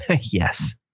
Yes